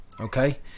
okay